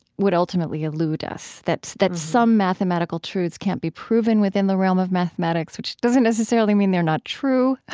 would ultimately elude us. that that some mathematical truths can't be proven within the realm of mathematics, which doesn't necessarily mean they're not true,